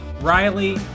Riley